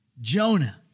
Jonah